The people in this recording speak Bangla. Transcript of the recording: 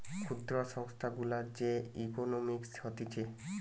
ক্ষুদ্র সংস্থা গুলার যে ইকোনোমিক্স হতিছে